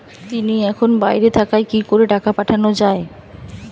তিনি এখন বাইরে থাকায় কি করে টাকা পাঠানো য়ায়?